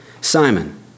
Simon